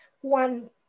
one